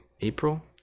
April